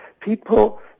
people